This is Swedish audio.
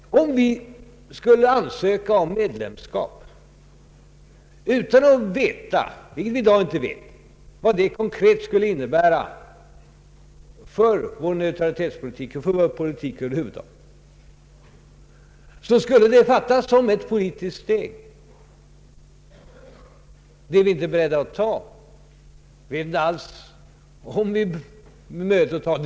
Skulle vi ansöka om medlemskap utan att veta — vilket vi i dag inte vet — vad det konkret skulle innebära för vår neutralitetspolitik och för vår politik över huvud taget, skulle det uppfattas som ett politiskt steg. Det är vi inte beredda att ta, och vi vet inte heller om det blir möjligt.